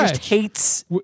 hates